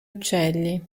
uccelli